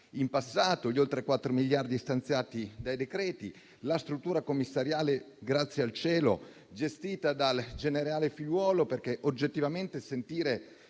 in passato, quindi oltre 4 miliardi con i decreti, con la struttura commissariale che grazie al cielo è gestita dal generale Figliuolo, perché oggettivamente sentir